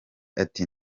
ati